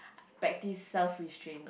practise self restraint